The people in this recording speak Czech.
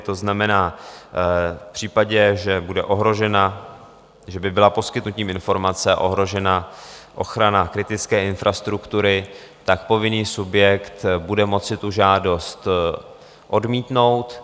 To znamená, že v případě, že bude ohrožena, že by byla poskytnutím informace ohrožena ochrana kritické infrastruktury, povinný subjekt bude moci tu žádost odmítnout.